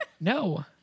No